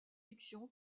fiction